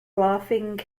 laughing